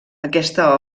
aquesta